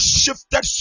shifted